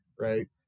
right